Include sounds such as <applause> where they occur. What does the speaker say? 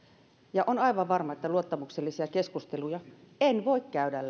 ja on aivan varma että luottamuksellisia keskusteluja en voi käydä <unintelligible>